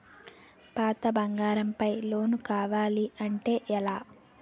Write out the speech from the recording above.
పాత బంగారం పై లోన్ కావాలి అంటే ఎలా?